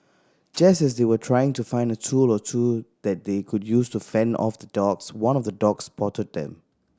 just as they were trying to find a tool or two that they could use to fend off the dogs one of the dogs spotted them